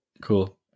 Cool